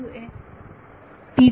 विद्यार्थी